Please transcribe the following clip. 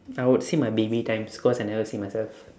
I would see my baby times cause I never see myself